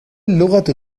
اللغة